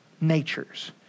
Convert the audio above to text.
natures